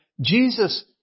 Jesus